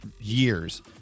years